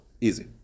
Easy